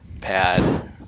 pad